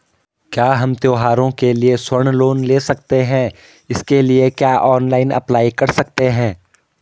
क्या हम त्यौहारों के लिए स्वर्ण लोन ले सकते हैं इसके लिए क्या ऑनलाइन अप्लाई कर सकते हैं?